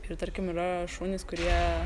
ir tarkim yra šunys kurie